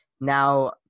Now